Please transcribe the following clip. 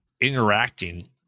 interacting